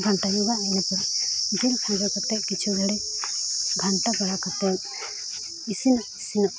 ᱜᱷᱟᱱᱴᱟ ᱧᱚᱜᱟ ᱤᱱᱟᱹ ᱯᱚᱨᱮ ᱡᱤᱞ ᱠᱷᱟᱸᱡᱚ ᱠᱟᱛᱮᱫ ᱠᱤᱪᱷᱩ ᱜᱷᱟᱹᱲᱤᱡ ᱜᱷᱟᱱᱴᱟ ᱵᱟᱲᱟ ᱠᱟᱛᱮᱫ ᱤᱥᱤᱱᱼᱤᱥᱤᱱᱚᱜ